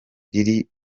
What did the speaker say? riri